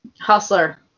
Hustler